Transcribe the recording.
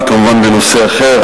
היא כמובן בנושא אחר,